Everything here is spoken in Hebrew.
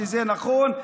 שזה נכון.